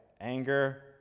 anger